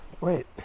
Wait